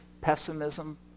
pessimism